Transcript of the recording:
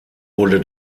wurde